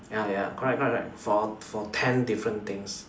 ya ya correct correct for ten different things